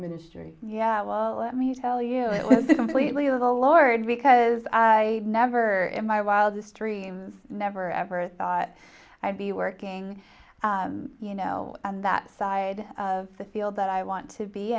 ministry yeah well let me tell you it was a completely little lord because i never in my wildest dreams never ever thought i'd be working you know that side of the field that i want to be